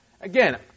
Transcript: Again